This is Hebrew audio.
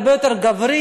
הרבה יותר גברי.